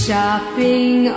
Shopping